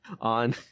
on